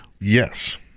Yes